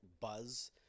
buzz